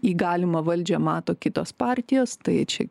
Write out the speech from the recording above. į galimą valdžią mato kitos partijos tai čia